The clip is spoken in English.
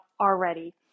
already